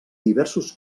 diversos